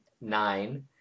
nine